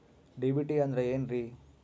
DBT ಅಂದ್ರ ಏನ್ರಿ?